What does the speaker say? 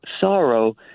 sorrow